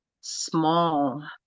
small